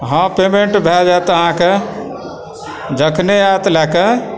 हँ पेमेन्ट भए जायत अहाँकेँ जखने आओत लयकऽ